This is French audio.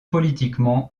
politiquement